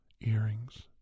Earrings